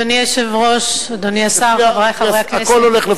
אדוני היושב-ראש, אדוני השר, חברי חברי הכנסת,